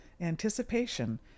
anticipation